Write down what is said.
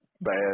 bad